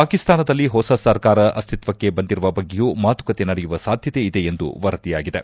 ಪಾಕಿಸ್ತಾನದಲ್ಲಿ ಹೊಸ ಸರ್ಕಾರ ಅಸ್ತಿತ್ವಕ್ಕೆ ಬಂದಿರುವ ಬಗ್ಗೆಯೂ ಮಾತುಕತೆ ನಡೆಯುವ ಸಾಧ್ವತೆ ಇದೆ ಎಂದು ವರದಿಯಾಗಿದೆ